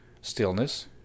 stillness